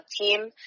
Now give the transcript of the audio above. team